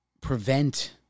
prevent